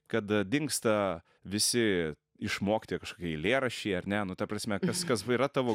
kad dingsta visi išmokti eilėraščiai ar ne nu ta prasme kas kas yra tavo